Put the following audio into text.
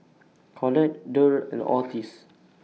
Colette Derl and Otis